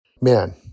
man